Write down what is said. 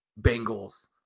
Bengals